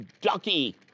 ducky